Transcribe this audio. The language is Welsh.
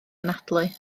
anadlu